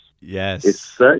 Yes